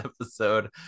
episode